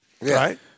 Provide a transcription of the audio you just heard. right